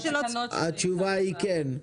התשובה היא כן.